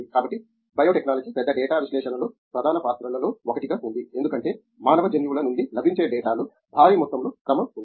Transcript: కాబట్టి బయోటెక్నాలజీ పెద్ద డేటా విశ్లేషణలో ప్రధాన పాత్రలలో ఒకటిగా ఉంది ఎందుకంటే మానవ జన్యువుల నుండి లభించే డేటాలో భారీ మొత్తంలో క్రమం ఉంది